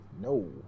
No